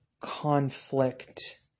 conflict